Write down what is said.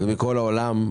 מכל העולם,